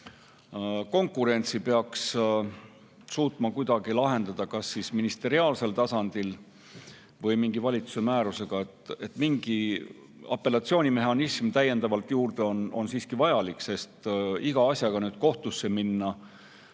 konkurentsi suutma kuidagi lahendada kas ministeriaalsel tasandil või mingi valitsuse määrusega. Mingi apellatsioonimehhanism on täiendavalt siiski vajalik, sest iga asjaga kohtusse minna,